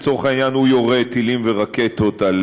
לצורך העניין הוא יורה טילים ורקטות על